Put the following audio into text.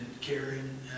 Karen